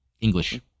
English